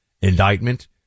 indictment